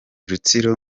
rutsiro